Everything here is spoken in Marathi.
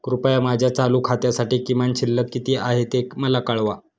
कृपया माझ्या चालू खात्यासाठी किमान शिल्लक किती आहे ते मला कळवा